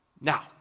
Now